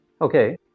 Okay